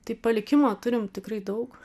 tai palikimo turim tikrai daug